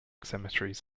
cemeteries